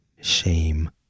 shame